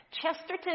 Chesterton